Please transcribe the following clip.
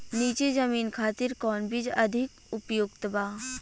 नीची जमीन खातिर कौन बीज अधिक उपयुक्त बा?